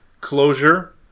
closure